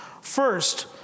First